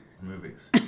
movies